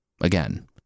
Again